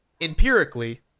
empirically